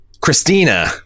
Christina